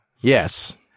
Yes